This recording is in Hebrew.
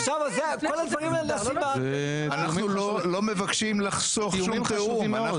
אנחנו לא מבקשים לחסוך שום תיאום.